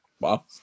Wow